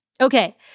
Okay